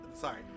sorry